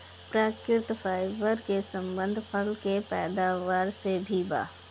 प्राकृतिक फाइबर के संबंध फल के पैदावार से भी बा